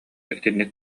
итинник